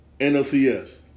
NLCS